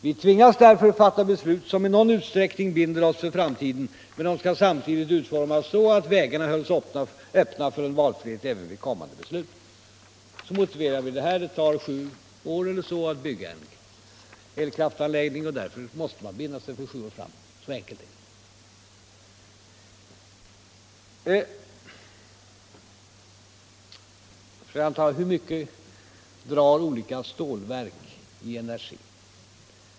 Vi tvingas därför fatta beslut som i någon utsträckning binder oss för framtiden, men de skall samtidigt utformas så att vägarna hålls öppna för en valfrihet även vid kommande beslut.” Så motiverades detta. Och det tar omkring sju år att bygga en elkraftanläggning. Därför måste man binda sig för sju år framåt. Så enkelt är det. Vidare frågades det hur mycket energi ett stålverk drar.